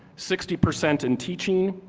sixty percent in teaching,